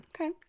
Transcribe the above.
okay